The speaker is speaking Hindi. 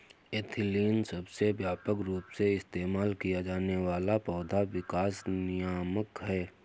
एथिलीन सबसे व्यापक रूप से इस्तेमाल किया जाने वाला पौधा विकास नियामक है